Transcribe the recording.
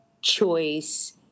choice